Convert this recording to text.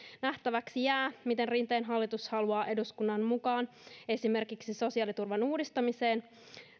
nähtäväksi jää miten rinteen hallitus haluaa eduskunnan mukaan esimerkiksi sosiaaliturvan uudistamiseen